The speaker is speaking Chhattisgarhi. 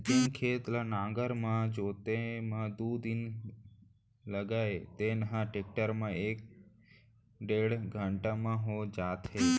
जेन खेत ल नांगर म जोते म दू दिन लागय तेन ह टेक्टर म एक डेढ़ घंटा म हो जात हे